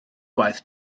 gwaith